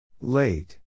Late